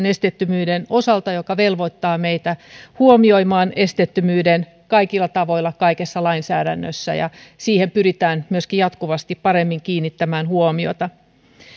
esteettömyyden osalta periaatepäätöksen joka velvoittaa meitä huomioimaan esteettömyyden kaikilla tavoilla kaikessa lainsäädännössä ja siihen myöskin pyritään jatkuvasti paremmin kiinnittämään huomiota